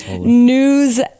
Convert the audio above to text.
news